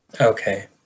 Okay